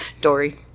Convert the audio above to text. dory